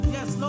Yes